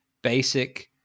basic